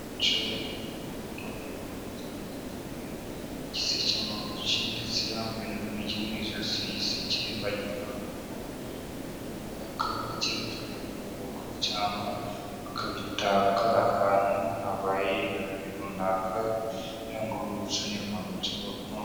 Umuco gakondo Uyu muturage afite igiseke mu ntoki ndetse yambaye n'urunigi mu ijosi. Igiseke bagitwaragamo imyaka bagiye gutwerera mu bukwe, cyangwa bakabitaka ahantu habaye ibirori runaka kugira ngo bibutse Abanyarwanda umuco gakondo.